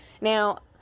Now